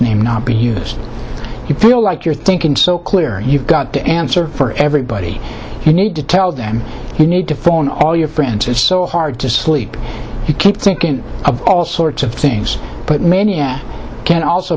name not be used you feel like you're thinking so clearly you've got to answer for everybody you need to tell them you need to phone all your friends it's so hard to sleep you keep thinking of all sorts of things but many you can also